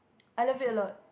I love it a lot